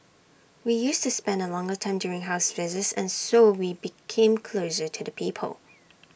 we used to spend A longer time during house visits and so we became closest to the people